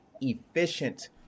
efficient